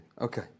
Okay